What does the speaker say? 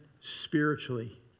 spiritually